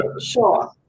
Sure